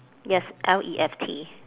yes L E F T